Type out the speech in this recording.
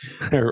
Right